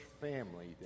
family